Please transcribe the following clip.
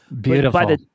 Beautiful